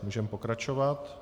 Můžeme pokračovat.